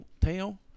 tail